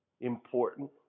important